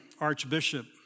archbishop